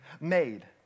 made